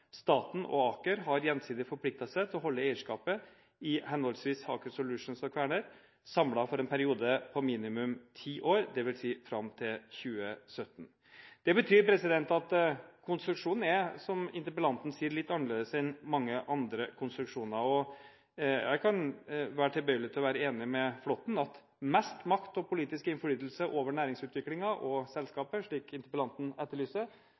Staten og Aker har gjensidig forpliktet seg til å holde eierskapet i henholdsvis Aker Solutions og Kværner samlet for en periode på minimum ti år, dvs. fram til 2017. Det betyr at konstruksjonen, som interpellanten sier, er litt annerledes enn mange andre konstruksjoner. Og jeg kan være tilbøyelig til å være enig med Flåtten i at mest makt og politisk innflytelse over næringsutviklingen og selskapet, slik interpellanten etterlyser,